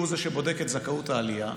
שהוא זה שבודק את זכאות העלייה,